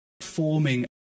forming